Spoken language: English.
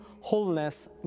wholeness